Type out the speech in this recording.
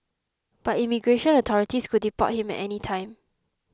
but immigration authorities could deport him at any time